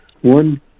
one